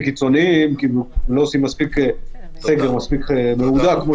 קיצוניים כי לא עושים סגר מספיק מהודק.